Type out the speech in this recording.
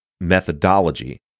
methodology